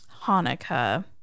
Hanukkah